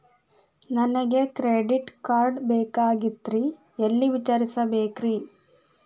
ನನಗೆ credit card ಬೇಕಾಗಿತ್ರಿ ಎಲ್ಲಿ ವಿಚಾರಿಸಬೇಕ್ರಿ?